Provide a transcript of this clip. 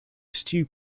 stew